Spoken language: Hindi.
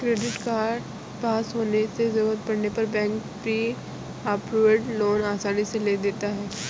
क्रेडिट कार्ड पास होने से जरूरत पड़ने पर बैंक प्री अप्रूव्ड लोन आसानी से दे देता है